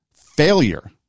failure